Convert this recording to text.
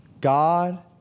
God